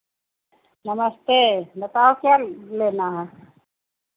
नमस्ते बताओ क्या लेना है